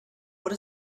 what